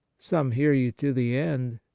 some hear you to the end,